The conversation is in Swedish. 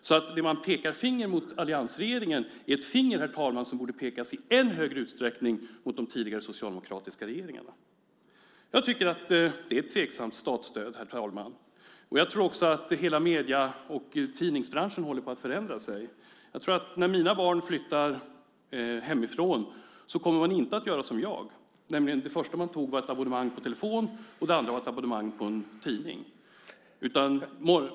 Det finger man nu pekar mot alliansregeringen är alltså ett finger som i ännu större utsträckning borde pekas mot de tidigare socialdemokratiska regeringarna. Jag tycker, herr talman, att det är ett tveksamt statsstöd. Jag tror att hela medie och tidningsbranschen håller på att förändras. När mina barn flyttar hemifrån kommer de nog inte att göra som jag, nämligen att som det första de gör skaffa ett telefonabonnemang och som det andra de gör skaffa ett tidningsabonnemang.